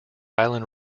island